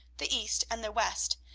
the east and the west,